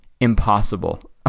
impossible